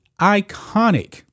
iconic